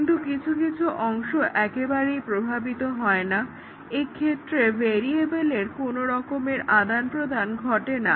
কিন্তু কিছু কিছু অংশ একেবারেই প্রভাবিত হয় না এক্ষেত্রে ভেরিয়েবলের কোনো রকমের আদান প্রদান ঘটে না